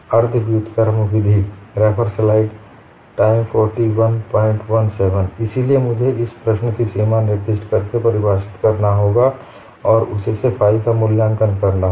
अर्ध व्युत्क्रम विधि इसलिए मुझे इस प्रश्न की सीमा निर्दिष्ट करके परिभाषित करना होगा और उससे फाइ का मूल्याँकन करना है